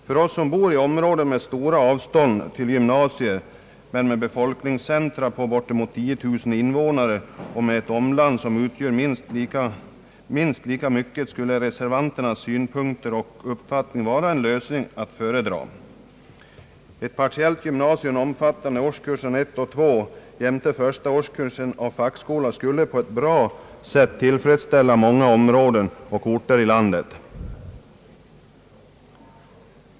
För oss som bor i områden med stora avstånd till gymnasieorter men med befolkningscentra på bortemot 10 000 invånare och med ett omland som har minst lika många invånare skulle reservanternas synpunkter och förslag vara en lösning att föredraga. Ett partiellt gymnasium omfattande årskurserna 1 och 2 jämte första årskursen av fackskolan skulle på ett bra sätt tillfredsställa många områden och orter i landet.